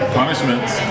punishments